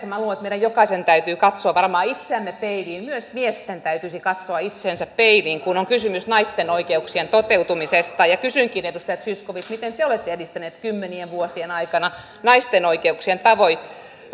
minä luulen että meidän jokaisen täytyy katsoa varmaan itseämme peilistä myös miesten täytyisi katsoa itseänsä peilistä kun on kysymys naisten oikeuksien toteutumisesta kysynkin edustaja zyskowicziltä miten te olette edistänyt kymmenien vuosien aikana naisten oikeuksien